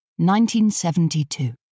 1972